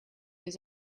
his